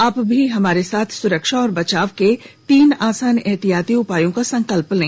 आप भी हमारे साथ सुरक्षा और बचाव के तीन आसान एहतियाती उपायों का संकल्प लें